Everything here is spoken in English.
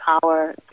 power